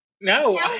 No